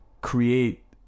create